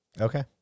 Okay